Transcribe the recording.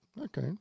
Okay